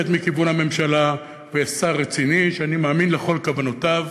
מכיוון הממשלה ויש שר רציני שאני מאמין בכל כוונותיו,